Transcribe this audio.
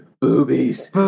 Boobies